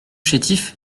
chétif